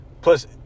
plus